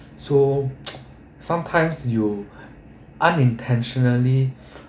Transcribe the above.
so sometimes you unintentionally